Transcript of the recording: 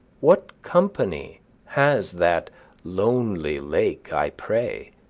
what company has that lonely lake, i pray?